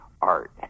art